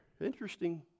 Interesting